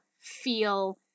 feel